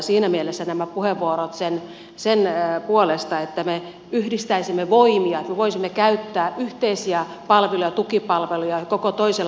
siinä mielessä nämä puheenvuorot sen puolesta että me yhdistäisimme voimia että me voisimme käyttää yhteisiä palveluja ja tukipalveluja koko toisella asteella